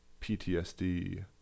PTSD